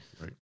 Right